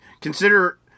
consider